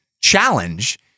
challenge